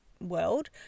world